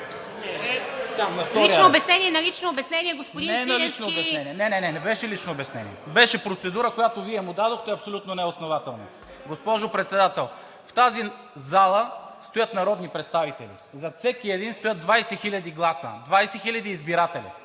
е на лично обяснение. Не, не, не! Не беше лично обяснение. Беше процедура, която Вие му дадохте абсолютно неоснователно. Госпожо Председател, в тази зала стоят народни представители. Зад всеки един стоят 20 000 гласа – 20 000 избиратели.